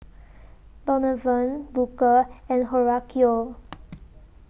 Donovan Booker and Horacio